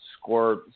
score